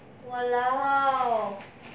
!walao!